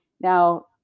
Now